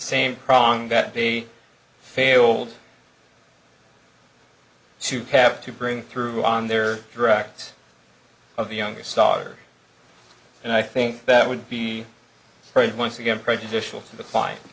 same problem that they failed to have to bring through on their direct of the youngest daughter and i think that would be great once again prejudicial